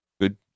Good